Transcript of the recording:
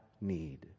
need